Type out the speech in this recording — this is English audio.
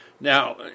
Now